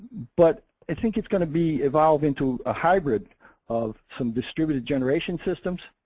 but i think it's gonna be evolved into a hybrid of some distributed generation systems,